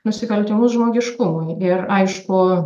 nusikaltimus žmogiškumui ir aišku